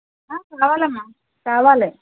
కావాలి